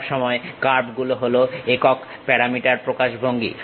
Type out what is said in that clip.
সব সময় কার্ভ গুলো হলো একক প্যারামিটার প্রকাশভঙ্গি